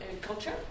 culture